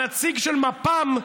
הנציג של מפ"ם,